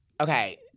Okay